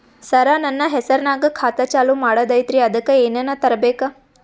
ಸರ, ನನ್ನ ಹೆಸರ್ನಾಗ ಖಾತಾ ಚಾಲು ಮಾಡದೈತ್ರೀ ಅದಕ ಏನನ ತರಬೇಕ?